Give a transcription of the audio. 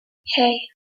hey